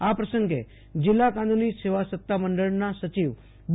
આ પ્રસંગે જિલ્લા કાનુની સેવા સત્તા મંડળના સચિવ બી